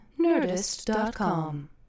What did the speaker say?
Nerdist.com